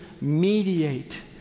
mediate